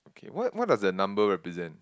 okay what what does that number represent